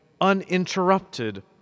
uninterrupted